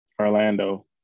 orlando